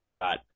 got